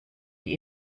die